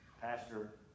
pastor